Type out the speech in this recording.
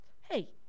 Hey